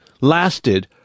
lasted